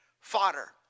fodder